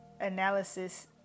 analysis